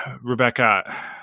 Rebecca